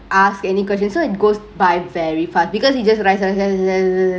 ask any question so it goes by very fast because he just writes writes writes writes writes writes writes